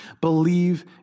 believe